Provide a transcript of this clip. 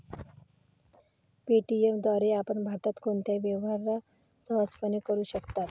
Paytm द्वारे आपण भारतात कोणताही व्यवहार सहजपणे करू शकता